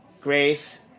Grace